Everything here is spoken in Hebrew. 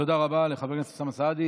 תודה רבה לחבר הכנסת אוסאמה סעדי.